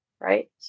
Right